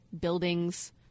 buildings